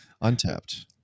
Untapped